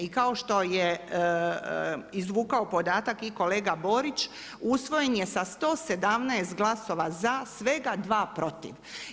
I kao što je izvukao podatak i kolega Borić usvojen je sa 117 glasova za, svega 2 protiv.